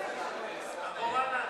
תעבור הלאה,